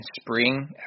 spring